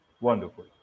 Wonderful